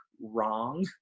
wrong